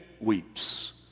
weeps